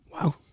Wow